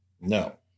no